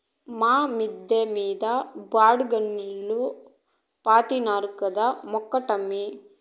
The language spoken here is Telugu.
మా మిద్ద మీద బాడుగకున్నోల్లు పాతినారు కంద మొక్కటమ్మీ